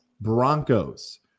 Broncos